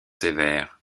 sévère